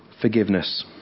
forgiveness